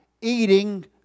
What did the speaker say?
eating